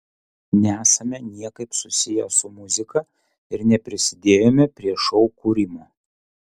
nesame niekaip susiję su muzika ir neprisidėjome prie šou kūrimo